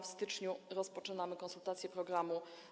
W styczniu rozpoczynamy konsultacje programu.